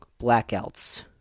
blackouts